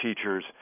teachers